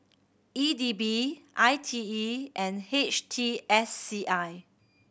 E D B I T E and H T S C I